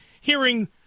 hearing